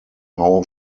how